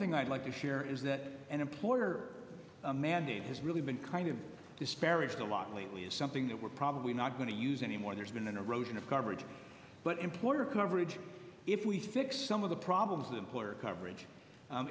thing i'd like to share is that an employer mandate has really been kind of disparaged a lot lately is something that we're probably not going to use anymore there's been an erosion of coverage but employer coverage if we fix some of the problems that employer coverage